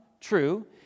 true